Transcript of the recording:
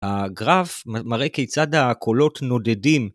‫הגרף מראה כיצד הקולות נודדים.